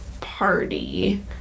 party